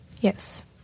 Yes